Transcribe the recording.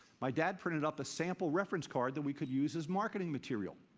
my dad printed up a sample reference card that we could use as marketing material.